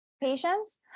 patients